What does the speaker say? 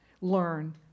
learn